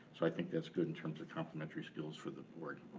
so i think that's good in terms of complementary skills for the board.